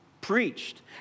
preached